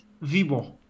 Vivo